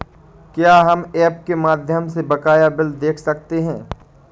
क्या हम ऐप के माध्यम से बकाया बिल देख सकते हैं?